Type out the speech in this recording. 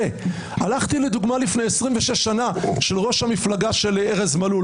הלכתי לדוגמה לפני 26 שנה של ראש המפלגה של ארז מלול,